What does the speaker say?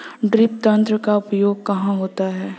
Drip तंत्र का उपयोग कहाँ होता है?